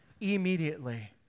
immediately